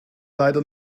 leider